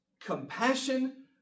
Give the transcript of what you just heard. compassion